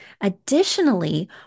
Additionally